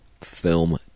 film